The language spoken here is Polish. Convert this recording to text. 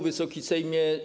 Wysoki Sejmie!